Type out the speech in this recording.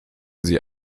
sie